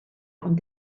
ond